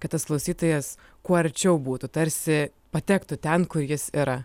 kad tas klausytojas kuo arčiau būtų tarsi patektų ten kur jis yra